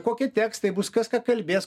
kokie tekstai bus kas ką kalbės